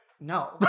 No